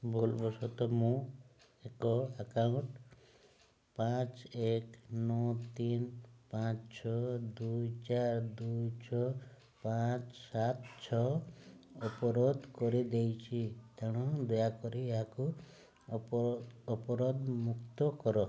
ଭୁଲ ବଶତଃ ମୁଁ ଏକ ଆକାଉଣ୍ଟ ପାଞ୍ଚ ଏକ ନଅ ତିନି ପାଞ୍ଚେ ଛଅ ଦୁଇ ଚାରି ଦୁଇ ଛଅ ପାଞ୍ଚ ସାତ ଛଅ ଅବରୋଧ କରିଦେଇଛି ତେଣୁ ଦୟାକରି ଏହାକୁ ଅବରୋଧମୁକ୍ତ କର